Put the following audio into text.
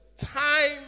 Time